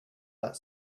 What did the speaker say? that